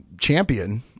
champion